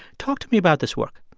talk to me about this work